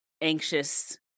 anxious